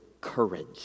courage